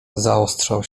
zaostrzał